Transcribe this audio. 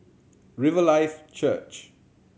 Riverlife Church